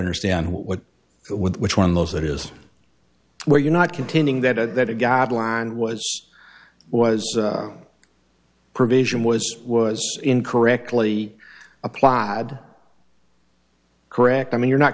understand what with which one of those that is where you're not contending that that a guideline was was a provision was was in correctly applied correct i mean you're not